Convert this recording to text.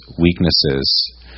weaknesses